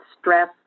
stress